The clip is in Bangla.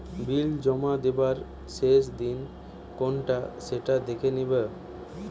বিল জমা দিবার শেষ দিন কোনটা সেটা দেখে নিবা